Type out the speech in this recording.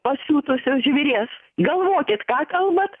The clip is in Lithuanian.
pasiutusio žvėries galvokit ką kalbat